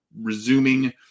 resuming